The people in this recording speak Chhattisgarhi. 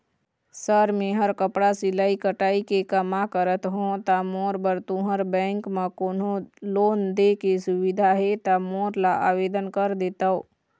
सर मेहर कपड़ा सिलाई कटाई के कमा करत हों ता मोर बर तुंहर बैंक म कोन्हों लोन दे के सुविधा हे ता मोर ला आवेदन कर देतव?